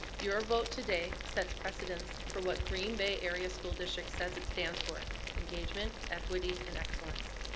your vote today sets precedence for what green bay area school district says it stands for engagement, equity and excellence.